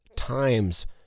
times